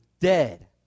dead